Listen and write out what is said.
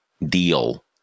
deal